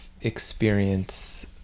experience